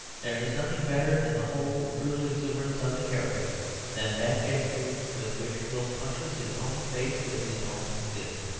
there is nothing better in the whole brutal exuberance of the character than that gesture with which quilp punches his own face with his own fist.